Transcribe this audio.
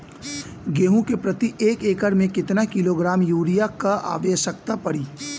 गेहूँ के प्रति एक एकड़ में कितना किलोग्राम युरिया क आवश्यकता पड़ी?